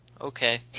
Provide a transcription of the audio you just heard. Okay